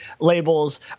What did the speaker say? labels